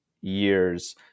years